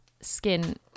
skin